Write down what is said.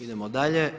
Idemo dalje.